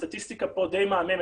הסטטיסטיקה פה די מהממת,